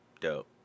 Dope